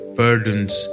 burdens